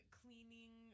cleaning